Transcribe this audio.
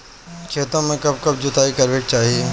खेतो में कब कब जुताई करावे के चाहि?